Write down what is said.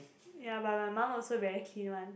ya but my mum also very clean one